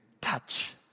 touch